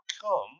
come